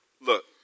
Look